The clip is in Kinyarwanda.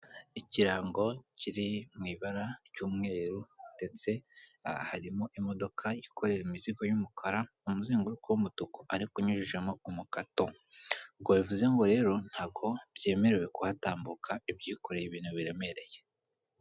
Ikirango kiri mu ibara ry'umweru ndetse harimo imodoka yikorera imizigo y'umukara, umuzenguruko w'umutuku ariko unyujijemo umukato. Ubwo bivuze ngo rero, ntabwo byemerewe kuhatambuka ibyikoreye ibintu biremereye.